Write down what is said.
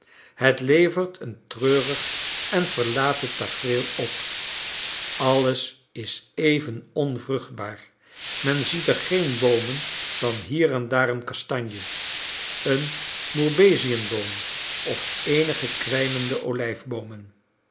het levert een treurig en verlaten tafereel op alles is even onvruchtbaar men ziet er geen boomen dan hier en daar een kastanje een moerbeziënboom of eenige kwijnende olijfboomen